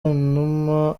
numa